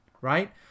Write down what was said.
right